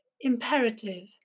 imperative